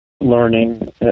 learning